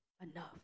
enough